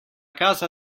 casa